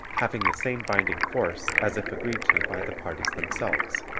having the same binding force as if agreed to by the parties themselves.